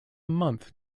month